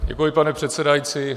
Děkuji, pane předsedající.